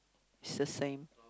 is the same